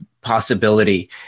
possibility